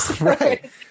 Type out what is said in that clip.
right